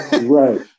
Right